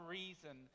reason